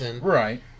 Right